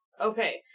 okay